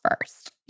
first